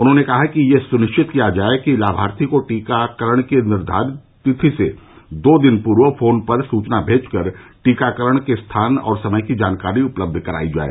उन्होंने कहा कि यह सुनिश्चित किया जाए कि लाभार्थी को टीकाकरण की निर्धारित तिथि से दो दिन पूर्व फोन पर सुचना भेजकर टीकाकरण के स्थान और समय की जानकारी उपलब्ध करायी जाए